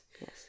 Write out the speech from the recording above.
Yes